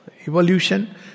Evolution